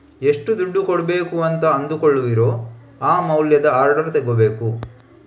ಎಷ್ಟು ದುಡ್ಡು ಕೊಡ್ಬೇಕು ಅಂತ ಅಂದುಕೊಳ್ಳುವಿರೋ ಆ ಮೌಲ್ಯದ ಆರ್ಡರ್ ತಗೋಬೇಕು